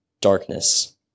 darkness